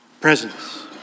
presence